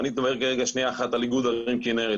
ואני אדבר על איגוד ערים כנרת,